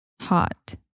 Hot